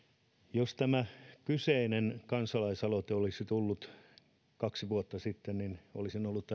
jos tämä kyseinen kansalaisaloite olisi tullut kaksi vuotta sitten niin olisin ollut